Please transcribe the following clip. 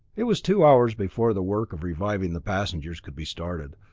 it was two hours before the work of reviving the passengers could be started.